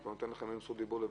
מוסכם.